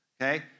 okay